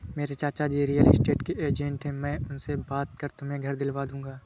मेरे चाचाजी real estate के एजेंट है मैं उनसे बात कर तुम्हें घर दिलवा दूंगा